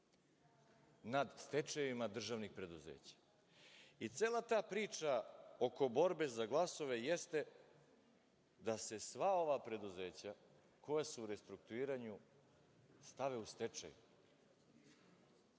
nad stečajevima državnih preduzeća.I cela ta priča oko borbe za glasove jeste da se sva ova preduzeća koja su u restrukturiranju stave u stečaj.